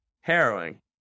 harrowing